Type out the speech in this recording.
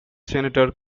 senator